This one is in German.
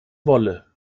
wolle